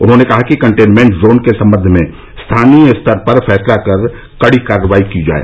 उन्होंने कहा कि कंटेनमेन्ट जोन के सम्बंध में स्थानीय स्तर पर फैसला कर कड़ी कार्रवाई की जाए